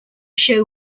show